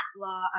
Law